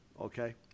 okay